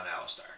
Alistar